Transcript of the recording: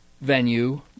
venue